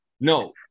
no